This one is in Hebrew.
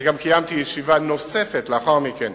אני גם קיימתי ישיבה נוספת, לאחר מכן,